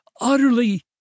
utterly